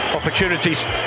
opportunities